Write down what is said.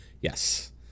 Yes